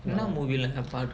என்ன:enna movie lah